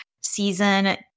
season